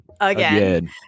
Again